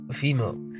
female